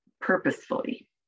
purposefully